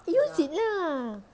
use it lah